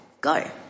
Go